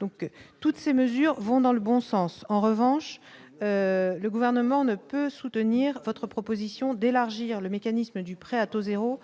donc toutes ces mesures vont dans le bon sens, en revanche, le gouvernement ne peut soutenir votre proposition d'élargir le mécanisme du prêt à taux 0.